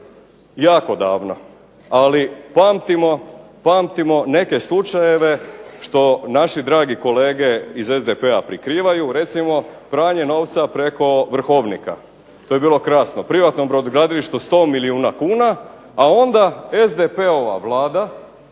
jako davno, ali pamtimo neke slučajeve što naši dragi kolege iz SDP-a prikrivaju. Recimo pranje novca preko Vrhovnika. To je bilo krasno. Privatnom brodogradilištu 100 milijuna kuna, a onda SDP-ova Vlada